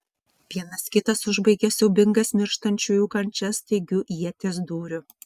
vienas kitas užbaigė siaubingas mirštančiųjų kančias staigiu ieties dūriu